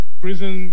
prison